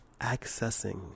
accessing